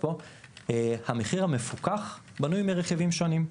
המחיר המפוקח בנוי מרכיבים שונים.